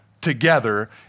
together